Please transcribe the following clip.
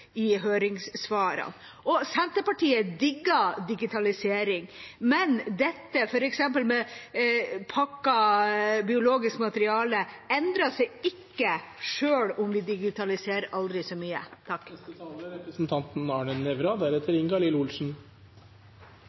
i høringssvarene. Senterpartiet digger digitalisering, men dette med f.eks. pakket biologisk materiale, endrer seg ikke selv om vi digitaliserer aldri så mye.